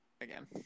again